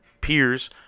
peers